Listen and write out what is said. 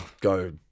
Go